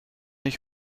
ich